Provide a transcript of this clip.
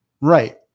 Right